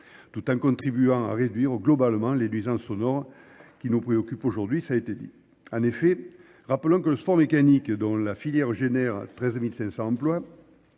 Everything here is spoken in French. tout en contribuant à réduire globalement les nuisances sonores qui nous préoccupent aujourd'hui, ça a été dit. En effet, rappelons que le sport mécanique dont la filière génère 13 500 emplois